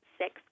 six